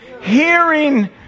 hearing